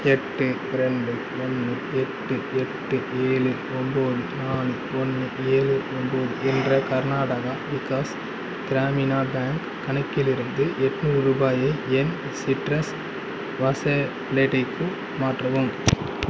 எட்டு ரெண்டு ஒன்று எட்டு எட்டு ஏழு ஒம்போது நாலு ஒன்று ஏழு ஒம்போது என்ற கர்நாடகா விகாஸ் கிராமினா பேங்க் கணக்கிலிருந்து எட்நூறு ரூபாயை என் சிட்ரஸ் வாலேட்டுக்கு மாற்றவும்